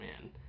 man